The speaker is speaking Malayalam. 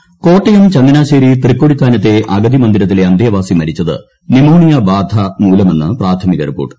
അഗതിമന്ദിരം കോട്ടയം ചങ്ങനാശേരി തൃക്കൊടിത്താനത്തെ അഗതിമന്ദിരത്തിലെ അന്തേവാസി മരിച്ചത് ന്യൂമോണിയ ബാധ മൂലമെന്ന് പ്രാഥമിക റിപ്പോർട്ട്